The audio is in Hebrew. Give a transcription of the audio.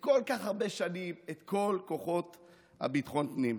כל כך הרבה שנים את כל כוחות ביטחון הפנים,